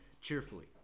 cheerfully